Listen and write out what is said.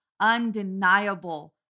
undeniable